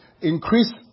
increase